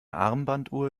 armbanduhr